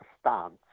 stance